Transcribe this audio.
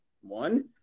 one